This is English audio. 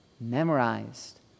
Memorized